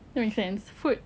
makes sense food